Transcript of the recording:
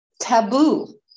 taboo